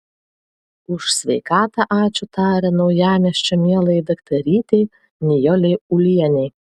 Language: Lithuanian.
už sveikatą ačiū taria naujamiesčio mielajai daktarytei nijolei ulienei